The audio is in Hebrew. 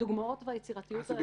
הדוגמאות והיצירתיות האנושית הן רבות.